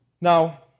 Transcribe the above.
Now